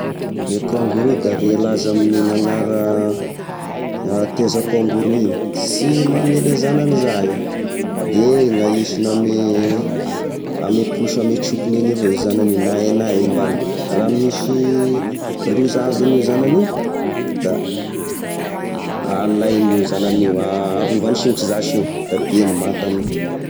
Gne kangoroa da re laza amign'iny agnara teza kangoroa igny, sy mamela e zanany za io de gny ahisiny ame ame posy ame trokon 'egny avao e zanany io na aia na aia ombany, raha misy loza hahazo an'io zanany io, da alainy io zanany io, arovany signitry zasy io be ny maty amin'io.